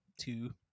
two